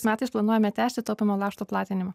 metais planuojame tęsti taupymo lakštų platinimą